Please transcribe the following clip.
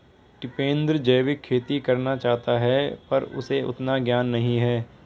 टिपेंद्र जैविक खेती करना चाहता है पर उसे उतना ज्ञान नही है